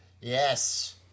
Yes